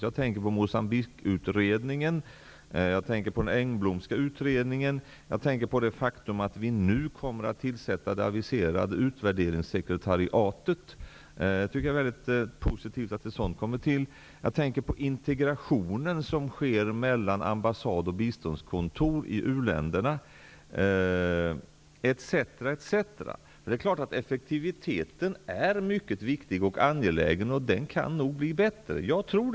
Jag tänker på Moçambiqueutredningen, Engblomska utredningen och att nu skall det aviserade utvärderingssekretariatet tillsättas. Jag tycker att det är positivt att ett sådant kommer till. Jag tänker på integrationen som sker mellan ambassader och biståndskontor i u-länderna osv. Det är mycket viktigt och angeläget med effektiviteten. Jag tror att den kan bli bättre.